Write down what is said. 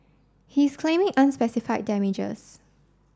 he is claiming unspecified damages